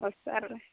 వస్తారులే